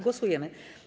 Głosujemy.